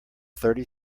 thirty